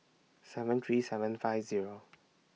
seven three seven five Zero